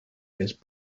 his